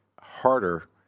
harder